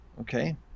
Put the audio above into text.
Okay